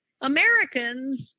Americans